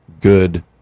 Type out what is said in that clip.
good